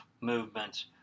movements